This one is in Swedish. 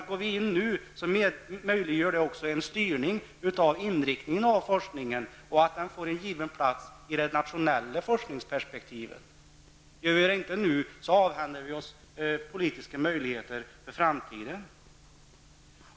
Går man in nu innebär det också en styrning av inriktningen av forskningen. Den får då en given plats i det nationella forskningsperspektivet. Gör man inget nu så avhänder man sig politiska möjligheter att göra något i framtiden.